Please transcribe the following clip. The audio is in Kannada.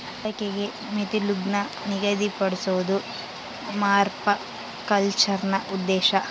ಬಳಕೆಗೆ ಮಿತಿಗುಳ್ನ ನಿಗದಿಪಡ್ಸೋದು ಪರ್ಮಾಕಲ್ಚರ್ನ ಉದ್ದೇಶ